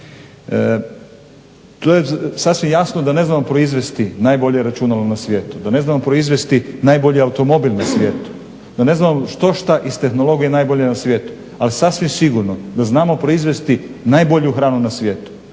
To je sasvim jasno da ne znamo proizvesti najbolje računalo na svijetu, da ne znamo proizvesti najbolji automobil na svijetu, da ne znamo što šta iz tehnologije na svijetu ali sasvim sigurno da znamo proizvesti najbolju hranu na svijetu.